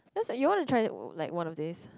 that's like you wanna try that like one of this